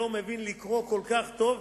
לא מבין כדי לקרוא כל כך טוב,